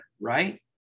right